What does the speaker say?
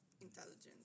intelligence